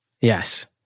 Yes